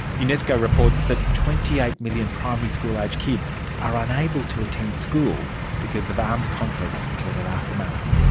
unesco reports that twenty eight million primary school aged kids are unable to attend school because of armed conflicts or their aftermath.